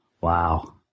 Wow